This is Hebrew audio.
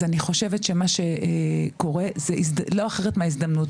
אז אני חושבת שמה שקורה זה לא אחרת מההזדמנות,